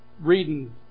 reading